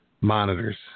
monitors